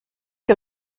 que